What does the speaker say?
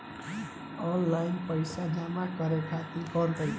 Online पइसा जमा करे खातिर कवन तरीका बा?